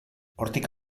hortik